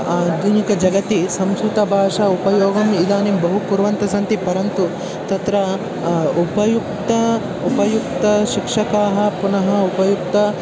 आधुनिकजगति संस्कृतभाषा उपयोगम् इदानीं बहु कुर्वन्तः सन्ति परन्तु तत्र उपयुक्तम् उपयुक्तं शिक्षकाः पुनः उपयुक्तम्